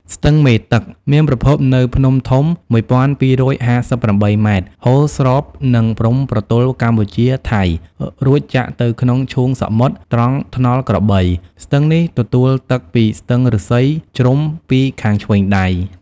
ស្ទឹងមេទឹក មានប្រភពនៅភ្នំធំ ១២៥៨ ម៉ែត្រ ហូរស្របនឹងព្រំប្រទល់កម្ពុជា-ថៃ រួចចាក់ទៅក្នុងឈូងសមុទ្រត្រង់ថ្នល់ក្របី ស្ទឹងនេះទទួលទឹកពីស្ទឹងឫស្សីជ្រុំពីខាងឆ្វេងដៃ។